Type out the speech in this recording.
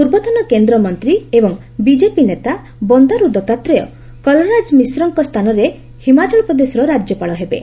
ପୂର୍ବତନ କେନ୍ଦ୍ରମନ୍ତ୍ରୀ ଏବଂ ବିଜେପି ନେତା ବନ୍ଦାର୍ ଦତ୍ତାତ୍ରେୟ କଲରାଜ ମିଶ୍ରଙ୍କ ସ୍ଥାନରେ ହିମାଚଳ ପ୍ରଦେଶର ରାଜ୍ୟପାଳ ହେବେ